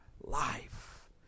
life